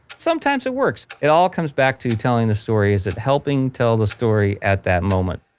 sometimes it works. it all comes back to telling the story. is it helping tell the story at that moment?